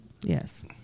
Yes